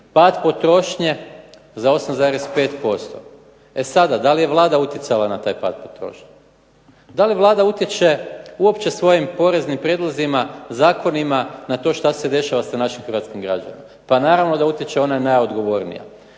pad potrošnje za 8,5%. E sada, da li je Vlada utjecala na taj pad potrošnje? Da li Vlada utječe uopće svojim poreznim prijedlozima, zakonima na to šta se dešava sa našim hrvatskim građanima? Pa naravno da utječe, ona je najodgovornija.